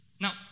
Now